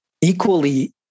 equally